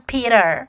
Peter